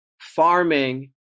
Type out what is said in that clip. farming